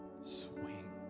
Swing